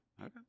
Okay